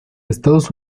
estados